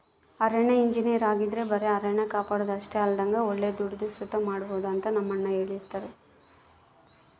ಅರಣ್ಯ ಇಂಜಿನಯರ್ ಆಗಿದ್ರ ಬರೆ ಅರಣ್ಯ ಕಾಪಾಡೋದು ಅಷ್ಟೆ ಅಲ್ದಂಗ ಒಳ್ಳೆ ದುಡಿಮೆ ಸುತ ಮಾಡ್ಬೋದು ಅಂತ ನಮ್ಮಣ್ಣ ಹೆಳ್ತಿರ್ತರ